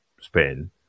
spin